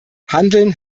handeln